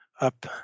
up